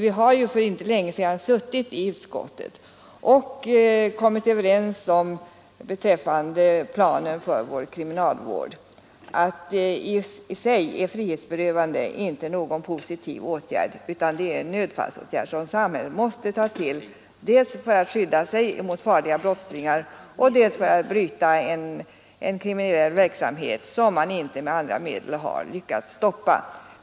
Vi har för inte länge sedan i utskottet — vid behandlingen av planen för vår kriminalvård — kommit överens om att ett frihetsberövande i sig inte är någon positiv åtgärd utan en nödfallsåtgärd som samhället måste ta till, dels för att skydda sig mot farliga brottslingar, dels för att bryta en kriminell verksamhet som man inte med andra medel lyckats stoppa.